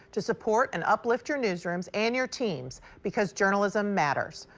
to support and uplift your newsrooms and your teams. because journalism matters.